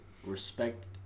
Respect